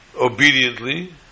obediently